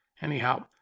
Anyhow